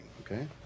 okay